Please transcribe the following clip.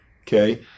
Okay